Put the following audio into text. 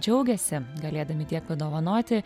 džiaugiasi galėdami tiek padovanoti